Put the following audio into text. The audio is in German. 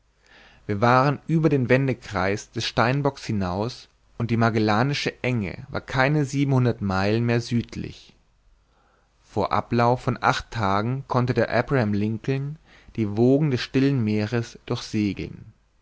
wir waren über den wendekreis des steinbocks hinaus und die magellanische enge war keine siebenhundert meilen mehr südlich vor ablauf von acht tagen konnte der abraham lincoln die wogen des stillen meeres